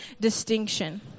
distinction